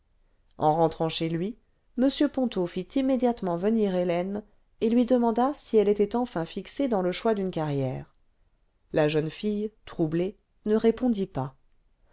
en rentrant chez lui m ponto fitimmédiatement venir hélène et lui demanda si elle était enfin fixée dans le choix d'une carrière la jeune fille troublée ne répondit pas